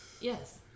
Yes